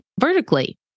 vertically